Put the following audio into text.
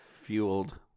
fueled